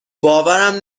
باورم